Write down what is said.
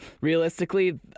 realistically